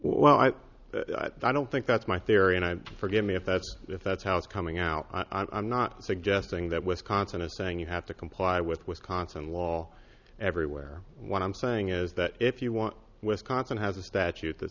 well i don't think that's my theory and i forgive me if that's if that's how it's coming out i'm not suggesting that wisconsin is saying you have to comply with wisconsin law everywhere what i'm saying is that if you want wisconsin has a statute that